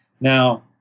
Now